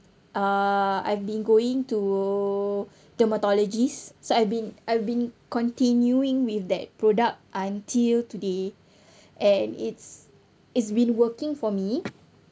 uh I've been going to dermatologist so I been I been continuing with that product until today and it's it's been working for me